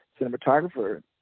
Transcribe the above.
cinematographer